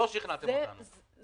לא שכנעתם אותנו, מה הלאה?